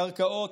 קרקעות,